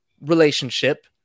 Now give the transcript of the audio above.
relationship